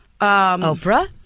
Oprah